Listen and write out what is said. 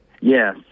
Yes